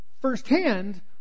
firsthand